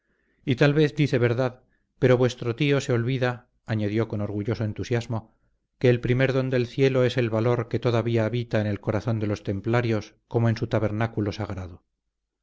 y tal vez dice verdad pero vuestro tío se olvida añadió con orgulloso entusiasmo que el primer don del cielo es el valor que todavía habita en el corazón de los templarios como en su tabernáculo sagrado